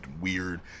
weird